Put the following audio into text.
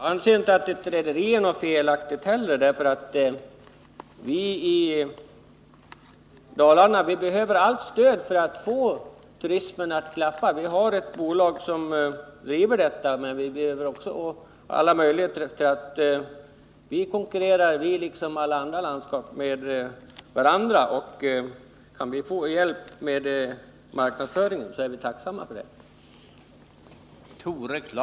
Herr talman! Jag anser inte att det är fel att ett rederi är med i bilden, eftersom vi i Dalarna behöver allt stöd för att få turismen att klaffa. Vi har ett bolag som driver detta, men alla landskap konkurrerar ju med varandra, och kan vi få hjälp med marknadsföringen är vi tacksamma för det.